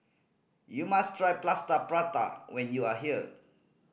you must try Plaster Prata when you are here